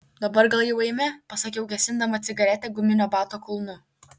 dabar gal jau eime pasakiau gesindama cigaretę guminio bato kulnu